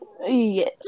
Yes